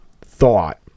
thought